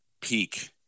peak –